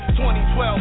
2012